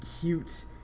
cute